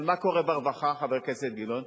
אבל מה קורה ברווחה, חבר הכנסת גילאון?